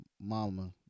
Mama